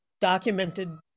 documented